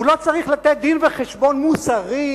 הוא לא צריך לתת דין-וחשבון מוסרי,